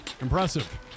Impressive